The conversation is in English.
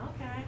Okay